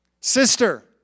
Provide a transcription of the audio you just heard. Sister